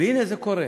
והנה זה קורה.